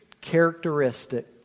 characteristic